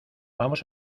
vamos